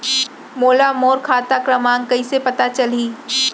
मोला मोर खाता क्रमाँक कइसे पता चलही?